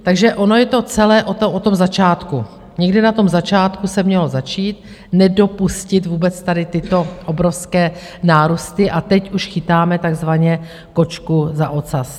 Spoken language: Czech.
Takže ono je to celé o tom začátku, někdy na začátku se mělo začít, nedopustit vůbec tady tyto obrovské nárůsty, a teď už chytáme takzvaně kočku za ocas.